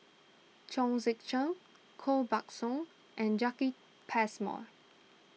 Chong Tze Chien Koh Buck Song and Jacki Passmore